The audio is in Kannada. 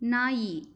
ನಾಯಿ